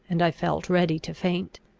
and i felt ready to faint.